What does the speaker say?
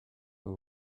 who